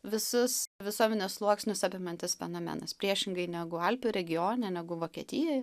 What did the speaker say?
visus visuomenės sluoksnius apimantis fenomenas priešingai negu alpių regione negu vokietijoj